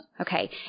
okay